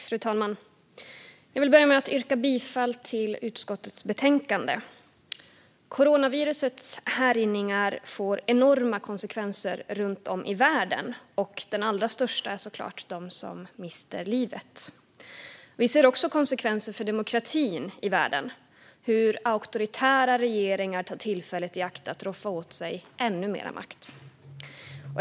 Fru talman! Jag vill börja med att yrka bifall till utskottets förslag. Coronavirusets härjningar får enorma konsekvenser runt om i världen. Den allra största konsekvensen är såklart att människor mister livet. Vi ser också konsekvenser för demokratin i världen - hur auktoritära regeringar tar tillfället i akt att roffa åt sig ännu mer makt.